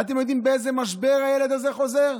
אתם יודעים עם איזה משבר הילד הזה חוזר?